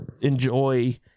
enjoy